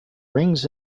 rings